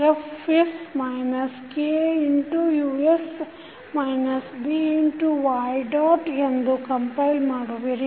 fs K x us B x y dot ಎಂದು compile ಮಾಡುವಿರಿ